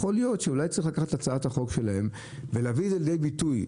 יכול להיות שאולי צריך לקחת את הצעת החוק שלהם ולהביא לידי ביטוי,